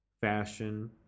fashion